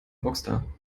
rockstar